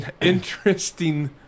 Interesting